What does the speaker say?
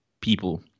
people